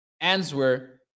answer